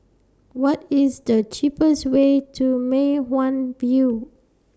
What IS The cheapest Way to Mei Hwan View